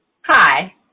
Hi